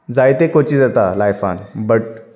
जायते कोचिज येतात लायफान बट